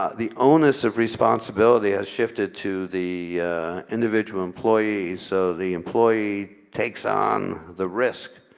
ah the onus of responsibility has shifted to the individual employees so the employee takes on the risk,